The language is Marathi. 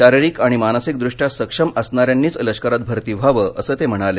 शारीरिक आणि मानसिकदृष्ट्या सक्षम असणाऱ्यांनीच लष्करात भरती व्हावं असं ते म्हणाले